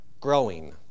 growing